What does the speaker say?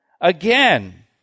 Again